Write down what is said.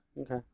Okay